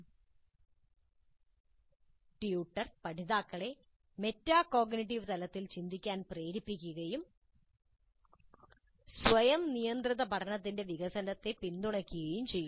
tutor പഠിതാക്കളെ metacognitive തലത്തിൽ ചിന്തിക്കാൻ പ്രേരിപ്പിക്കുകയും സ്വയം നിയന്ത്രിത പഠനത്തിന്റെ വികസനത്തെ പിന്തുണയ്ക്കുകയും ചെയ്യുന്നു